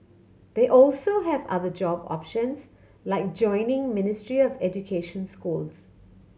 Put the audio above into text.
they also have other job options like joining Ministry of Education schools